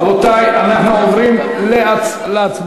רבותי, אנחנו עוברים להצבעה.